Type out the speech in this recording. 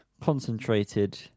concentrated